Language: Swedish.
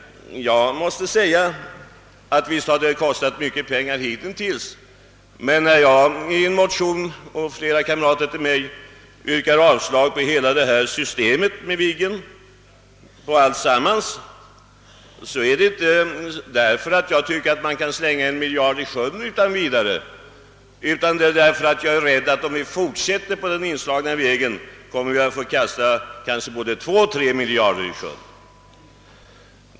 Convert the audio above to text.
Visst har Viggenprojektet kostat mycket pengar hittills, men när jag och några kamrater till mig i en motion föreslår att arbetet på hela Viggensystemet skall avbrytas, så är det inte därför att vi tycker att man utan vidare kan slänga en miljard i sjön, utan det är därför att vi är rädda att om vi fortsätter på den inslagna vägen så kommer man att få kasta kanske både två och tre miljarder i sjön.